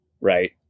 right